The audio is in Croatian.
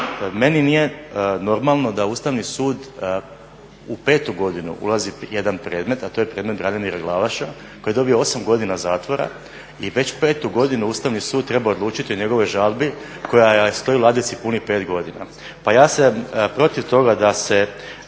meni nije normalno da Ustavni sud u petu godinu ulazi jedan predmet, a to je predmet Branimira Glavaša koji je dobio osam godina zatvora i već petu godinu Ustavni sud treba odlučiti o njegovoj žalbi koja stoji u ladici punih pet godina. Pa ja sam protiv toga da se